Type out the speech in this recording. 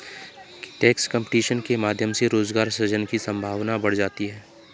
tax competition के माध्यम से रोजगार सृजन की संभावना बढ़ जाती है